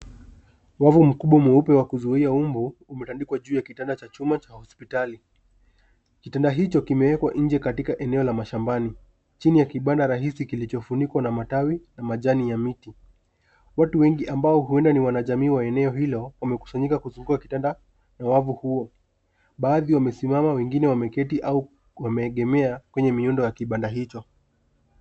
Wavuu mkubwa mweupe wa kuzuia mbu umetandikwa juu ya kitanda cha chuma cha hospitali. Kitanda hicho kimewekwa nje katika eneo la mashambani chini ya kibanda rahisi kilichofunikwa na matawi na majani ya miti. Watu wengi ambao huenda ni wanajamii wa eneo hilo wamekusanyika kuzunguka kitanda ya wavu huo. Baadhi wamesimama wengine wameketi au wameegemea kwenye muundo wa kibanda hicho.